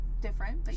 different